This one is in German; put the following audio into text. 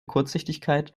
kurzsichtigkeit